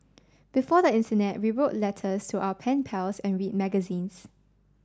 before the internet we wrote letters to our pen pals and read magazines